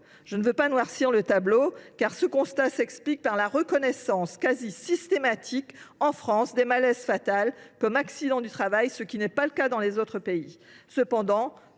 Je ne veux pas noircir le tableau, car ce constat s’explique par la reconnaissance presque systématique dans notre pays des malaises fatals comme accidents du travail, ce qui n’est pas le cas ailleurs.